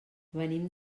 venim